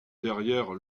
derrière